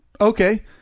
Okay